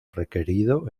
requerido